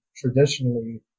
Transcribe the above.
traditionally